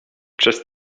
przez